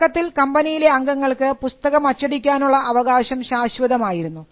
തുടക്കത്തിൽ കമ്പനിയിലെ അംഗങ്ങൾക്ക് പുസ്തകം അച്ചടിക്കാനുള്ള അവകാശം ശാശ്വതം ആയിരുന്നു